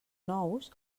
nous